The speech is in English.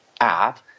app